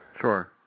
Sure